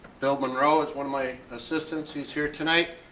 bill munro is one of my assistants he's here tonight.